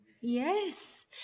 Yes